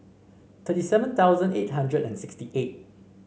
thirty seven thousand eight hundred and sixty eight